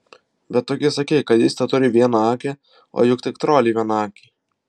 bet tu gi sakei kad jis teturi vieną akį o juk tik troliai vienakiai